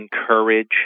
encourage